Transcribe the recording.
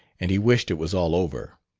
and he wished it was all over.